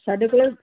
ਸਾਡੇ ਕੋਲ